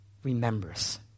Remembers